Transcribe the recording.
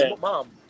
mom